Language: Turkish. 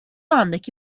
andaki